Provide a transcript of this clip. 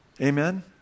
Amen